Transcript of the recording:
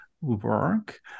work